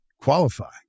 qualify